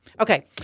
okay